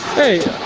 hey,